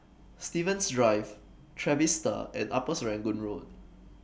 Stevens Drive Trevista and Upper Serangoon Road